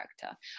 character